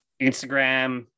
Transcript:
Instagram